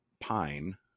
Pine